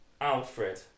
Alfred